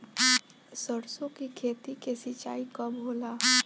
सरसों की खेती के सिंचाई कब होला?